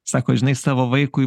sako žinai savo vaikui